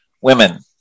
women